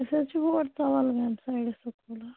أسۍ حظ چھِ ہور ژول گامہِ سایڈس سکوٗل اَکھ